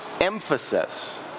emphasis